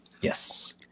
Yes